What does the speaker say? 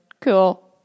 Cool